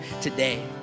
today